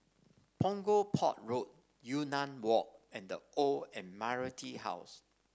Punggol Port Road Yunnan Walk and The Old Admiralty House